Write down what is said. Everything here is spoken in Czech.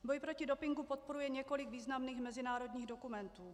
Boj proti dopingu podporuje několik významných mezinárodních dokumentů.